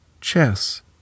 Chess